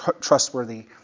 trustworthy